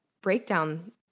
breakdown